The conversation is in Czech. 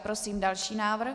Prosím další návrh.